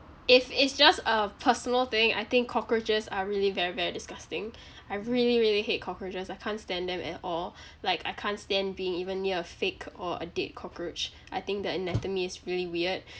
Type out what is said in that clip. if it's just a personal thing I think cockroaches are really very very disgusting I really really hate cockroaches I can't stand them at all like I can't stand being even near a fake or a dead cockroach I think their anatomy is really weird